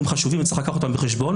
והם חשובים וצריך להביא אותם בחשבון.